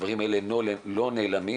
הדברים האלה הם לא נעלמים.